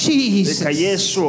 Jesus